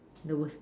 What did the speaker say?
the worst